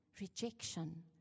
rejection